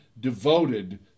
devoted